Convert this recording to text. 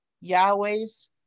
yahweh's